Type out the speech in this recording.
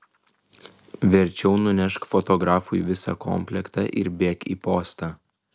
verčiau nunešk fotografui visą komplektą ir bėk į postą